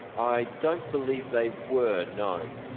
i don't believe they were, no.